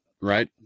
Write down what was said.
right